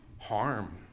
harm